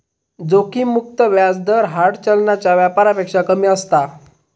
जोखिम मुक्त व्याज दर हार्ड चलनाच्या व्यापारापेक्षा कमी असता